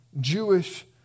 Jewish